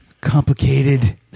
Complicated